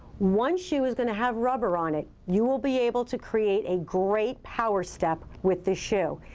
one shoe is going to have rubber on it. you will be able to create a great power step with this shoe.